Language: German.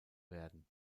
werden